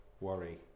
worry